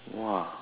!wah!